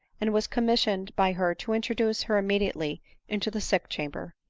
and was commissioned by her to introduce her immedi ately into the sick chamber.